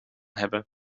hebben